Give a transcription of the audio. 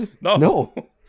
no